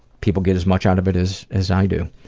people get as much out of it as as i do.